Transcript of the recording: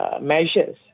measures